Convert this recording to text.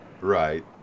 Right